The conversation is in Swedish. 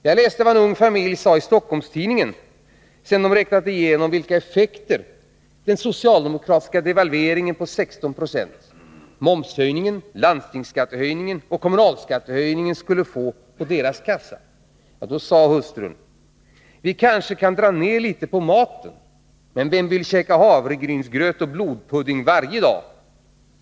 Jag läste vad en ung familj sade i Stockholms-Tidningen, sedan den räknat igenom vilka effekter den socialdemokratiska devalveringen på 16 96, momshöjningen, landstingsskattehöjningen och kommunalskattehöjningen skulle få på dess kassa. Hustrun sade: ”Vi kanske kan dra ned lite på maten. Men vem vill käka havregrynsgröt och blodpudding varje dag?